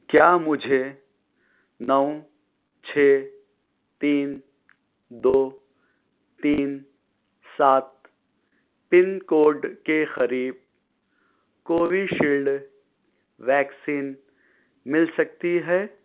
کیا مجھے نو چھ تین دو تین سات پن کوڈ کے قریب کووی شیلڈ ویکسین مل سکتی ہے